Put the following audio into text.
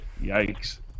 Yikes